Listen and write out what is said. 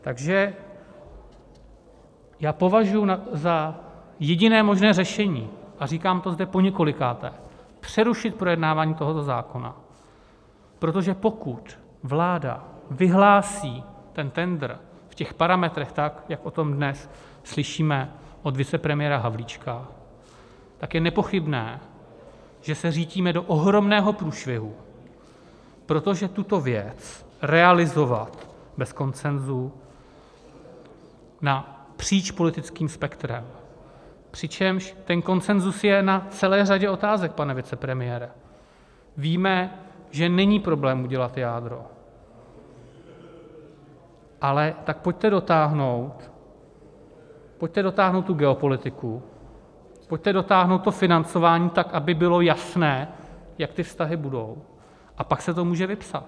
Takže já považuji za jediné možné řešení a říkám to zde poněkolikáté přerušit projednávání tohoto zákona, protože pokud vláda vyhlásí tendr v těch parametrech tak, jak o tom dnes slyšíme od vicepremiéra Havlíčka, tak je nepochybné, že se řítíme do ohromného průšvihu protože tuto věc realizovat bez konsenzu napříč politickým spektrem, přičemž ten konsenzus je na celé řadě otázek, pane vicepremiére, víme, že není problém udělat jádro, ale tak pojďte dotáhnout, pojďte dotáhnout geopolitiku, pojďte dotáhnout financování tak, aby bylo jasné, jak ty vztahy budou, a pak se to může vypsat.